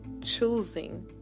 choosing